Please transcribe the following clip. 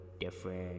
different